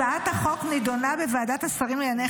הצעת החוק נדונה בוועדת השרים לענייני